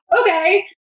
okay